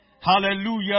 Hallelujah